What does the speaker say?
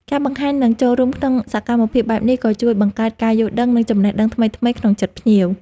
ការបង្ហាញ និងចូលរួមក្នុងសកម្មភាពបែបនេះក៏ជួយបង្កើតការយល់ដឹង និងចំណេះដឹងថ្មីៗក្នុងចិត្តភ្ញៀវ